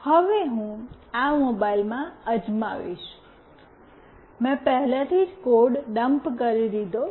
હવે હું આ મોબાઇલમાં અજમાવીશ મેં પહેલાથી જ કોડ ડમ્પ કરી દીધો છે